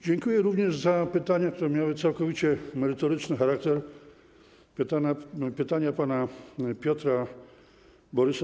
Dziękuję również za pytania, które miały całkowicie merytoryczny charakter, pytania pana posła Piotra Borysa.